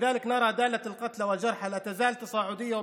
לכן אנחנו רואים שעקומת הנרצחים והפצועים עדיין בעלייה,